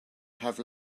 have